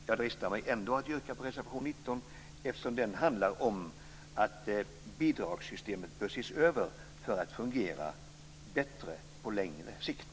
Jag dristar mig ändå att yrka på reservation 19, eftersom den handlar om att bidragssystemet bör ses över för att fungera bättre på längre sikt.